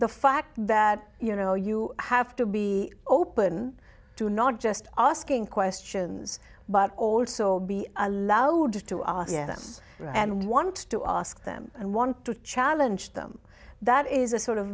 the fact that you know you have to be open to not just asking questions but also be allowed to are yes and want to ask them and want to challenge them that is a sort of